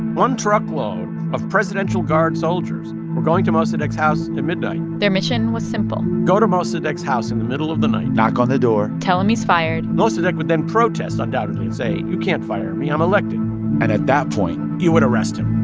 one truckload of presidential guard soldiers were going to mossadegh's house at and midnight their mission was simple go to mossadegh's house in the middle of the night knock on the door tell him he's fired mossadegh would then protest, undoubtedly, and say, you can't fire me i'm elected and at that point. you would arrest him